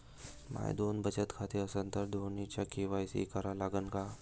माये दोन बचत खाते असन तर दोन्हीचा के.वाय.सी करा लागन का?